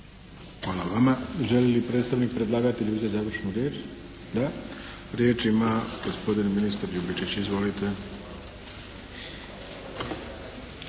Hvala vama. Želi li predstavnik predlagatelja uzeti završnu riječ? Da. Riječ ima gospodin ministar Ljubičić. Izvolite.